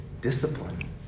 discipline